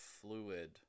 fluid